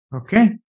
Okay